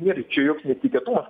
nėra čia joks netikėtumas